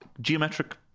geometric